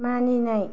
मानिनाय